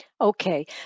Okay